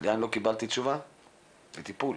עדיין לא קיבלתי תשובה, וטיפול.